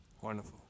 Wonderful